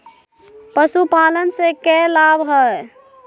पशुपालन से के लाभ हय?